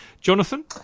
Jonathan